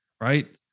right